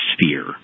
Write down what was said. sphere